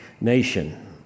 nation